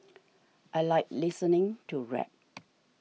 I like listening to rap